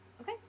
Okay